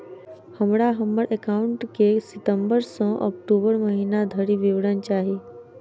हमरा हम्मर एकाउंट केँ सितम्बर सँ अक्टूबर महीना धरि विवरण चाहि?